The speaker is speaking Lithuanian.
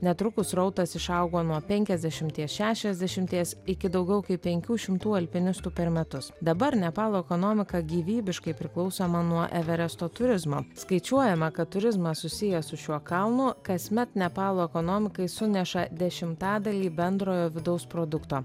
netrukus srautas išaugo nuo penkiasdešimties šešiasdešimties iki daugiau kaip penkių šimtų alpinistų per metus dabar nepalo ekonomika gyvybiškai priklausoma nuo everesto turizmo skaičiuojama kad turizmas susijęs su šiuo kalnu kasmet nepalo ekonomikai suneša dešimtadalį bendrojo vidaus produkto